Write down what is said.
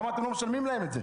למה אתם לא משלמים להם את זה?